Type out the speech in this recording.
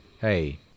hey